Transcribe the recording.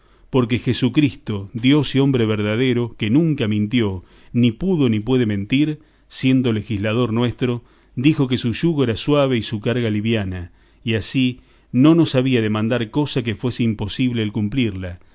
porque jesucristo dios y hombre verdadero que nunca mintió ni pudo ni puede mentir siendo legislador nuestro dijo que su yugo era suave y su carga liviana y así no nos había de mandar cosa que fuese imposible el cumplirla